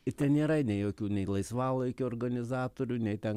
ir ten nėra nei jokių nei laisvalaikio organizatorių nei ten